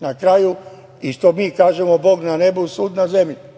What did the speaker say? na kraju i što mi kažemo – Bog na nebu, sud na zemlji.